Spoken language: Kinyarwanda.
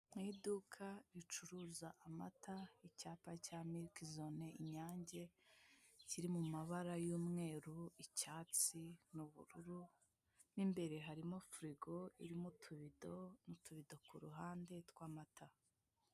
Ni iduka ricuruza amata icyapa cya miliki zone inyange kiri mu mabara y'umweru icyatsi n'ubururu, mu imbere harimo firigo irimo utubido n'utubido ku ruhande tw'amata.